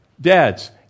Dads